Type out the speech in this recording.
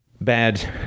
bad